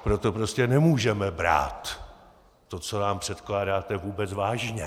Proto prostě nemůžeme brát to, co nám předkládáte, vůbec vážně.